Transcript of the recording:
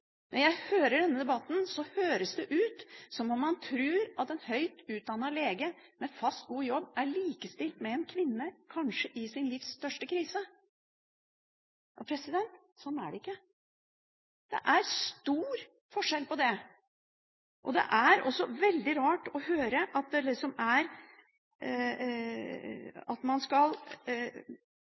Når jeg hører denne debatten, høres det ut som om man tror at en høyt utdannet lege med fast, god jobb er likestilt med en kvinne i sitt livs kanskje største krise. Sånn er det ikke. Det er stor forskjell på det. Det er også veldig rart å høre at man skal i denne saken tolerere annerledes tenkende rent generelt – det er